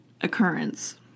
occurrence